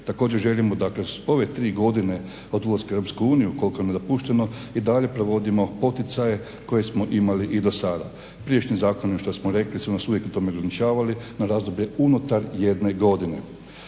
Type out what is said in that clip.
Također želimo da kroz ove tri godine od ulaska u Europsku uniju koliko nam je dopušteno i dalje provodimo poticaje koje smo imali i do sada. Prijašnji zakoni što smo rekli su nas uvijek u tome ograničavali na razdoblje unutar jedne godine.